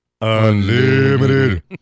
Unlimited